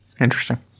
Interesting